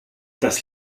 das